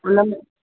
उन में